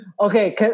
Okay